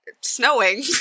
Snowing